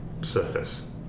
Surface